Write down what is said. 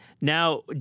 Now